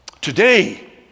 Today